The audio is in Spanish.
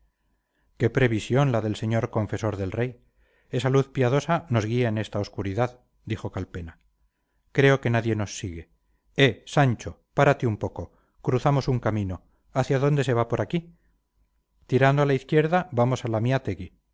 qué previsión la del señor confesor del rey esa luz piadosa nos guía en esta obscuridad dijo calpena creo que nadie nos sigue eh sancho párate un poco cruzamos un camino hacia dónde se va por aquí tirando a la izquierda vamos a